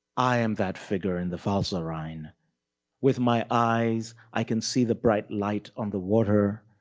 i am that figure in the valserine. with my eyes, i can see the bright light on the water,